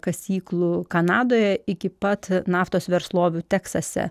kasyklų kanadoje iki pat naftos verslovių teksase